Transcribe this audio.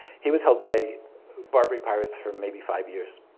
he was held by barbary pirates for maybe five years.